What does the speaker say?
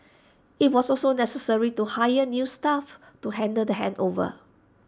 IT was also necessary to hire new staff to handle the handover